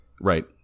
right